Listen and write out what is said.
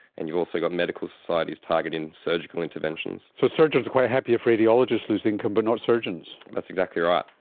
and you've also got medical societies targeting surgical interventions. so surgeons are quite happy if radiologists lose income but not surgeons. that's exactly right.